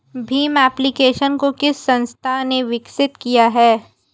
Bhim application को किस संस्था ने विकसित किया है?